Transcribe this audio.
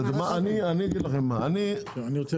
אני אגיד לכם מה, אני רוצה